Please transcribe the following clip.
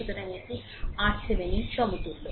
সুতরাং এটি আপনি RThevenin সমতুল্য